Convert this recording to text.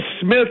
Smith